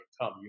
come